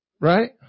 right